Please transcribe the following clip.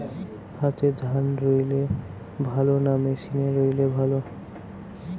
হাতে ধান রুইলে ভালো না মেশিনে রুইলে ভালো?